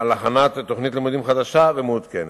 על הכנת תוכנית לימודים חדשה ומעודכנת.